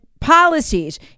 policies